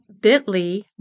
bit.ly